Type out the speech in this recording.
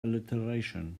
alliteration